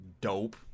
Dope